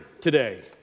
today